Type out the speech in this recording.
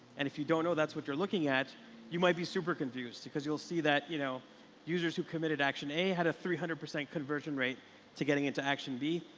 and if you don't know that's what you're looking at you might be super confused because you'll see that you know users who committed action a had a three hundred percent conversion rate to getting into action b.